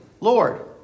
Lord